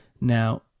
Now